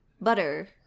Butter